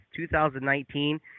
2019